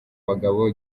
bagabo